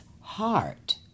heart